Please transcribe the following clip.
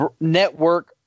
network